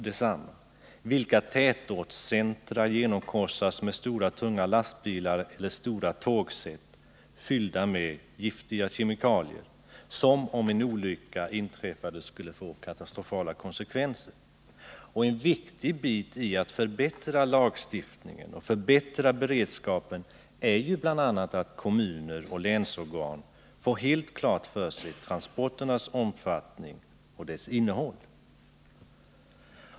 Vilka tätortscentra genomkorsas med stora tunga lastbilar eller stora tågset fyllda med giftiga kemikalier, som om en olycka inträffade skulle få katastrofala följder? En viktig sak när det gäller att förbättra lagstiftningen och beredskapen är att kommuner och länsorgan får helt klart för sig transporternas omfattning och deras innehåll.